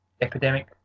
epidemic